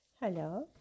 Hello